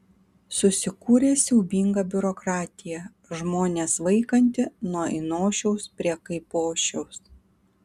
susikūrė siaubinga biurokratija žmones vaikanti nuo ainošiaus prie kaipošiaus